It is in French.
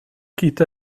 quitte